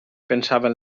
pensaven